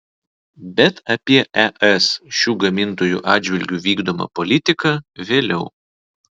bet apie es šių gamintojų atžvilgiu vykdomą politiką vėliau